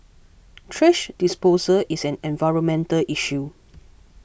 thrash disposal is an environmental issue